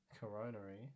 Coronary